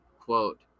quote